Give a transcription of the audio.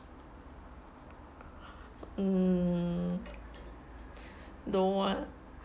mm don't want